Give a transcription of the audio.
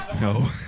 no